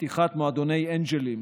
פתיחת מועדוני אנג'לים,